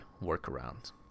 workaround